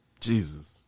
Jesus